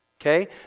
Okay